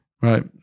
Right